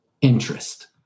interest